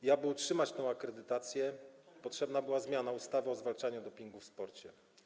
Do tego, by utrzymać tę akredytację, potrzebna była zmiana ustawy o zwalczaniu dopingu w sporcie.